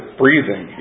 breathing